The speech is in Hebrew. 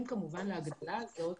פעל בסוף?